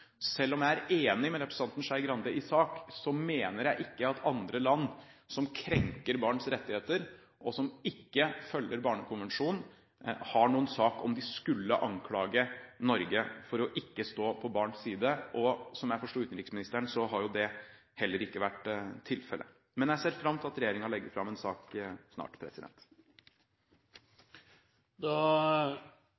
Selv om jeg er enig med representanten Skei Grande i sak, mener jeg ikke at land som krenker barns rettigheter, og som ikke følger Barnekonvensjonen, har noen sak dersom de skulle anklage Norge for ikke å stå på barns side. Og slik jeg forsto utenriksministeren, har det heller ikke vært tilfellet. Men jeg ser fram til at regjeringen legger fram en sak snart.